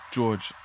George